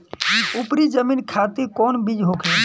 उपरी जमीन खातिर कौन बीज होखे?